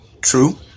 True